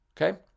okay